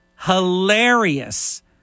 hilarious